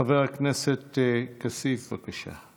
חבר הכנסת כסיף, בבקשה.